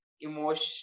emotion